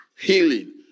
healing